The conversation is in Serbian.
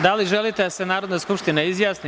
Da li želite da se Narodna skupština izjasni?